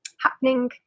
happening